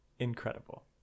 Incredible